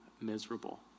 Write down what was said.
miserable